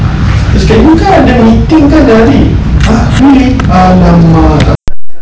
dia cakap you kan ada meeting kan ni hari !huh! really !alamak! takpe lah cakap dengan dorang esok ah